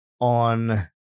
on